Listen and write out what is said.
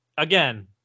Again